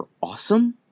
awesome